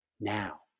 now